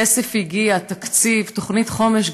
כסף הגיע, תקציב, תוכנית חומש.